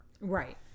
Right